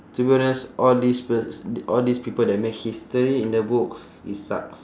to be honest all these pers~ all these people that make history in the books is sucks